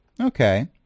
Okay